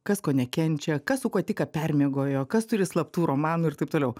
kas ko nekenčia kas su kuo tik ką permiegojo kas turi slaptų romanų ir taip toliau